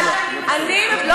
רגע.